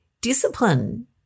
Discipline